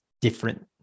different